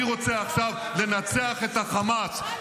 אני רוצה עכשיו לנצח את החמאס,